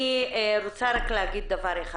אני רוצה להגיד דבר אחד.